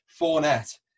Fournette